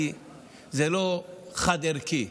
כי זה לא חד-ערכי,